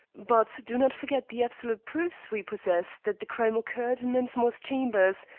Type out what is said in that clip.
but do not forget the absolute proofs we possess that the crime occurred in mensmore's chambers,